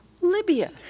Libya